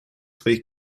своих